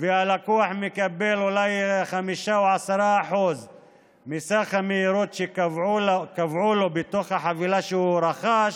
והלקוח מקבל אולי 5% או 10% מסך המהירות שקבעו לו בחבילה שרכש.